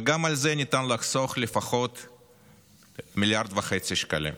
גם בזה ניתן לחסוך 1.5 מיליארד שקלים לפחות.